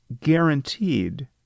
guaranteed